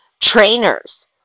trainers